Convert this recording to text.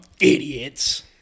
Idiots